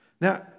Now